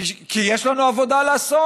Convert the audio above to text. כי יש לנו עבודה לעשות.